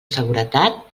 seguretat